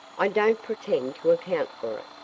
i don't pretend to account for it,